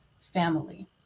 family